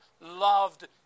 loved